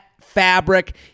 fabric